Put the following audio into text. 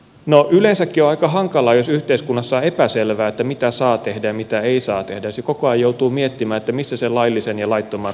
no yleensäkin on aika hankalaa jos yhteiskunnassa on epäselvää mitä saa tehdä ja mitä ei saa tehdä ja koko ajan joutuu miettimään missä se laillisen ja laittoman raja menee